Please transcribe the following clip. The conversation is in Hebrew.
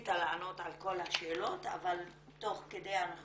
שניסית לענות על כל השאלה אבל תוך כדי אנחנו